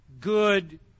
good